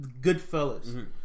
Goodfellas